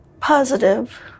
positive